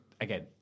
again